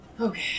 Okay